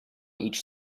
each